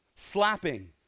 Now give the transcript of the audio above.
slapping